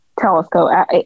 telescope